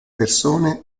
persone